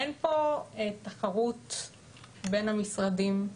אין פה תחרות בין המשרדים,